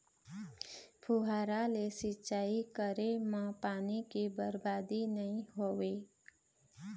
फुहारा ले सिंचई करे म पानी के बरबादी नइ होवय